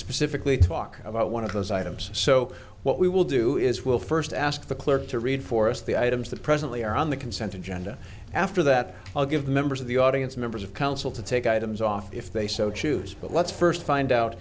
specifically talk about one of those items so what we will do is we'll first ask the clerk to read for us the items that presently are on the consent and gender after that i'll give members of the audience members of council to take items off if they so choose but let's first find out